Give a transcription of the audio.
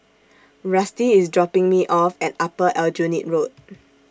Rusty IS dropping Me off At Upper Aljunied Road